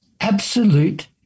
absolute